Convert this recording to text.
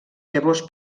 llavors